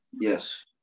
Yes